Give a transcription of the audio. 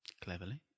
Cleverly